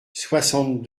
soixante